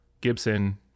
Gibson